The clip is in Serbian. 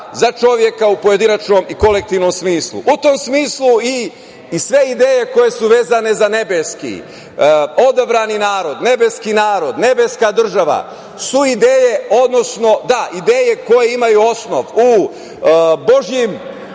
za čoveka u pojedinačnom i kolektivnom smislu.U tom smislu, i sve ideje koje su vezane za nebeski odabrani narod, nebeski narod, nebeska država, su ideje koje imaju osnov u Božijim